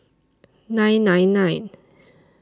nine nine nine